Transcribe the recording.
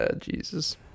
Jesus